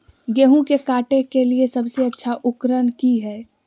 गेहूं के काटे के लिए सबसे अच्छा उकरन की है?